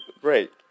Great